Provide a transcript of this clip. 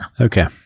Okay